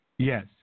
Yes